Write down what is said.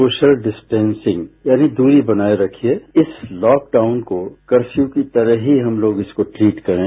social distancing यानी दूरी बनाये रखिये इस लॉकडाउन को कर्फ्यू की तरह ही हम लोग इसको ट्रीट करें